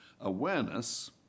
awareness